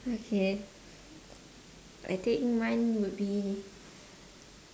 okay I think mine would be